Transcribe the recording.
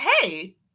hey